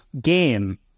game